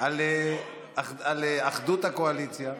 על אחדות הקואליציה.